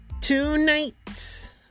tonight